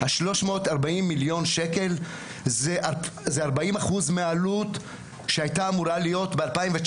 340,000,000 שקלים זה 40% מהעלות שהייתה אמורה להיות ב-2019.